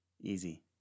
Easy